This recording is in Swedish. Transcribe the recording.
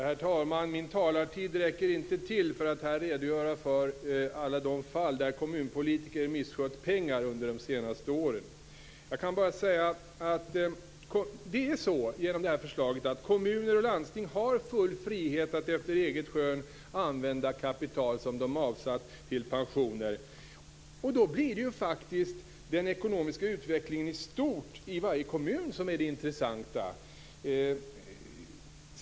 Herr talman! Min taletid räcker inte till för att jag här skall kunna redogöra för alla de fall där kommunpolitiker har misskött pengar under de senaste åren. Förslaget innebär att kommuner och landsting har full frihet att efter eget skön använda kapital som de avsatt till pensioner. Med återlån blir det faktiskt den ekonomiska utvecklingen i stort i varje kommun som egentligen är det intressanta.